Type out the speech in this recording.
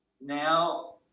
now